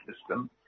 system